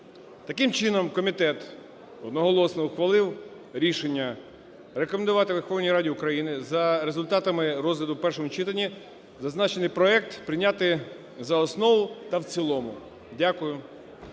Таким чином, комітет одноголосно ухвалив рішення рекомендувати Верховній Раді України за результатами розгляду в першому читанні зазначений проект прийняти за основу та в цілому. Дякую.